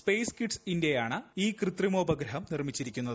space Kidz ഇന്ത്യയാണ് ഈ കൃത്രിമോപഗ്രഹം നിർമ്മിച്ചിരിക്കുന്നത്